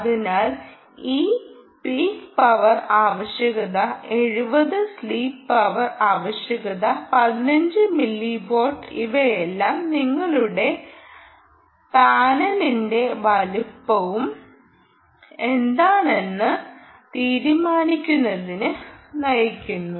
അതിനാൽ ഈ peak power ആവശ്യകത 70 സ്ലീപ്പ് പവർ ആവശ്യകത 15 മില്ലി വാട്ട് ഇവയെല്ലാം നിങ്ങളുടെ പാനലിന്റെ വലുപ്പം എന്തായിരിക്കണമെന്ന് തീരുമാനിക്കുന്നതിലേക്ക് നയിക്കുന്നു